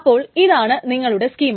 അപ്പോൾ ഇതാണ് നിങ്ങളുടെ സ്കീമാ